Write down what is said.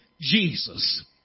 Jesus